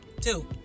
two